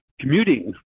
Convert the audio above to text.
commuting